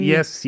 Yes